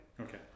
okay